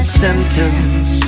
sentence